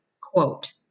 quote